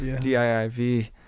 D-I-I-V